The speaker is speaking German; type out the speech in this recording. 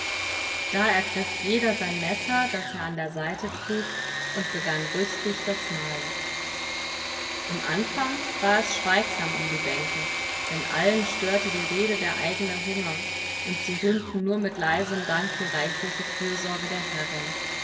da ergriff jeder sein messer das er an der seite trug und begann rüstig das mahl im anfang war es schweigsam um die bänke denn allen störte die rede der eigene hunger und sie rühmten nur mit leisem dank die reichliche fürsorge der herrin